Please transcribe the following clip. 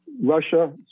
Russia